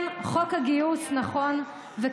כן, חוק הגיוס, נכון, שלא שרה את ההמנון?